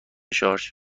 شارژ